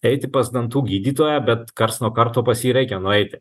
eiti pas dantų gydytoją bet karts nuo karto pas jį reikia nueiti